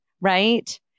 right